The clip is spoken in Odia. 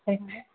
ଆଚ୍ଛା